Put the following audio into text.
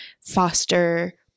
foster